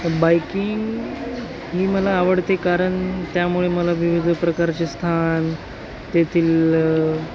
biking ही मला आवडते कारण त्यामुळे मला विविध प्रकारचे स्थान तेथील